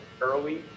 early